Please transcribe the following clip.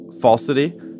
falsity